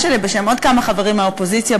שלי ובשם עוד כמה חברים מהאופוזיציה.